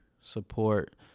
support